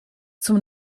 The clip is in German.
zum